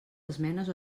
esmenes